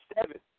Seven